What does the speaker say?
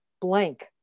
blank